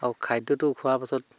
আৰু খাদ্যটো খোৱাৰ পাছত